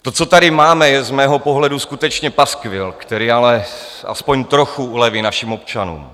To, co tady máme, je z mého pohledu skutečně paskvil, který ale aspoň trochu uleví našim občanům.